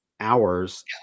hours